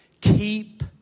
Keep